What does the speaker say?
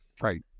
right